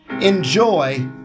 Enjoy